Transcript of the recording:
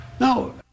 No